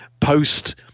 post